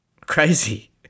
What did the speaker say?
Crazy